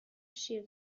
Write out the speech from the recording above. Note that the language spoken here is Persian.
شیر